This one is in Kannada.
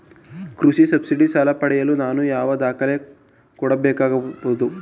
ಕೃಷಿ ಸಬ್ಸಿಡಿ ಸಾಲ ಪಡೆಯಲು ನಾನು ಯಾವ ದಾಖಲೆ ಕೊಡಬೇಕಾಗಬಹುದು?